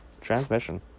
transmission